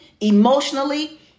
emotionally